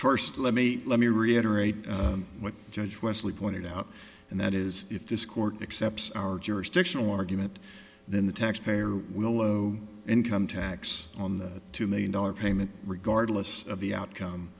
first let me let me reiterate what judge wesley pointed out and that is if this court accepts our jurisdictional argument then the taxpayer will low income tax on that two million dollars payment regardless of the outcome